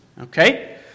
Okay